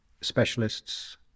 specialists